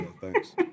thanks